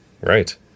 Right